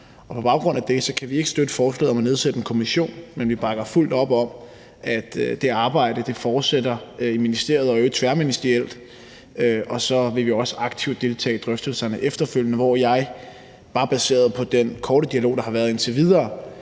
På baggrund af det kan vi ikke støtte forslaget om at nedsætte en kommission, men vi bakker fuldt op om, at det arbejde fortsætter i ministeriet og i øvrigt tværministerielt. Og så vil vi også aktivt deltage i drøftelserne efterfølgende, hvor jeg bare baseret på den korte dialog, der har været indtil videre,